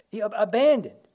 abandoned